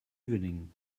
evening